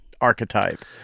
archetype